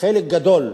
חלק גדול,